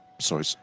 Sorry